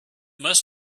must